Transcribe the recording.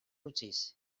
utziz